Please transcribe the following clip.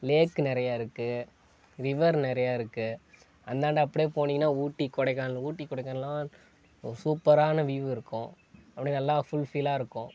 லேக் நிறையாருக்கு ரிவர் நிறையாருக்கு அந்தாண்டை அப்டேயே போனீங்கன்னா ஊட்டி கொடைக்கானல் ஊட்டி கொடைக்கானல்லாம் சூப்பரான வீயூவ் இருக்கும் அப்டேயே நல்லா ஃபுல் ஃபில்லாருக்கும்